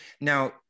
Now